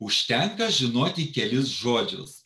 užtenka žinoti kelis žodžius